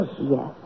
Yes